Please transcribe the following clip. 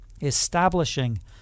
establishing